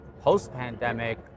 Post-pandemic